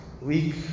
week